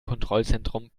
kontrollzentrum